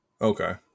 okay